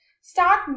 Start